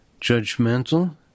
judgmental